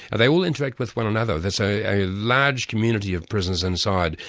and they all interact with one another. there's a large community of prisoners inside,